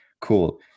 Cool